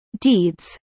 deeds